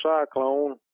cyclone